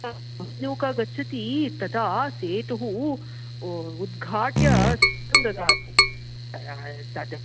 यदा नौका गच्छति तदा सेतुः उद्घाट्य स्थानं ददाति तद्